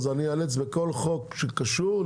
אני איאלץ בכל חוק שקשור,